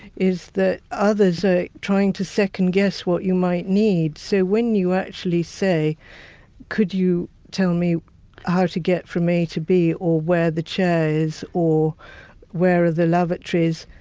is that others are trying to second guess what you might need. so when you actually say could you tell me how to get from a to b or where the chair is or where are the lavatories,